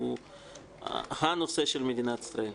הוא הנושא של מדינת ישראל,